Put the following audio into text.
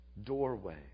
doorway